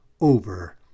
over